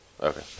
Okay